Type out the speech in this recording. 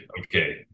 okay